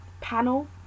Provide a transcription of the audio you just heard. panel